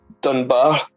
Dunbar